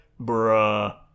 bruh